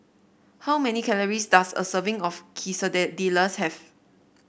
how many calories does a serving of Quesadillas have